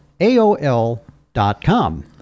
AOL.com